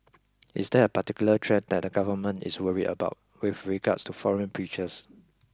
is there a particular trend that the government is worried about with regards to foreign preachers